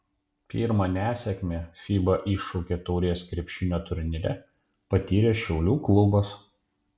pirmą nesėkmę fiba iššūkio taurės krepšinio turnyre patyrė šiaulių klubas